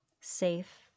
safe